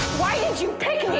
why did you pick me?